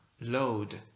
load